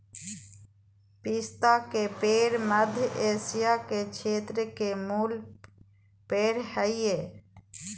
पिस्ता के पेड़ मध्य एशिया के क्षेत्र के मूल पेड़ हइ